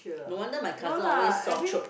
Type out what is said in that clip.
no wonder my cousin always sore throat